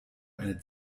eine